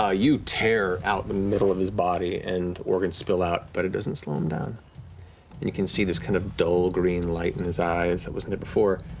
ah you tear out the middle of his body and organs spill out, but it doesn't slow him down, and you can see this kind of dull green light in his eyes that wasn't there before.